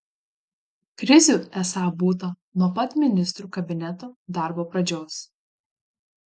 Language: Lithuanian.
krizių esą būta nuo pat ministrų kabineto darbo pradžios